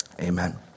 amen